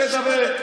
תן לי לדבר.